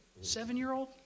Seven-year-old